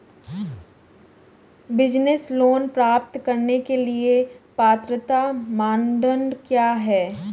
Business loan प्राप्त करने के लिए पात्रता मानदंड क्या हैं?